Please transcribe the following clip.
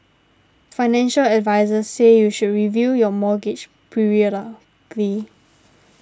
financial advisers say you should review your mortgage periodically